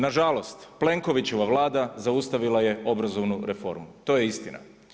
Nažalost, Plenkovićeva Vlada zaustavila je obrazovnu reformu, to je istina.